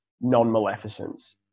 non-maleficence